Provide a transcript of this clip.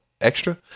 extra